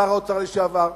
שר האוצר לשעבר,